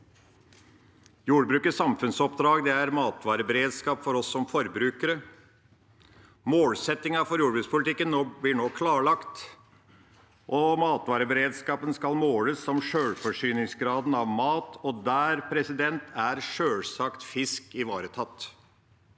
Jordbrukets samfunnsoppdrag er matvareberedskap for oss som forbrukere. Målsettingen for jordbrukspolitikken blir nå klarlagt, og matvareberedskapen skal måles som sjølforsyningsgraden av mat. Der er sjølsagt fisk ivaretatt.